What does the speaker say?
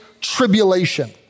tribulation